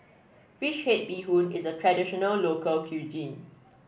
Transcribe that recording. fish head Bee Hoon is a traditional local cuisine